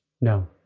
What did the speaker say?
No